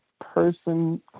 person